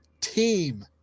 team